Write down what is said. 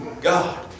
God